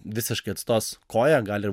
visiškai atstos koją gali